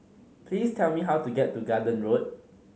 please tell me how to get to Garden Road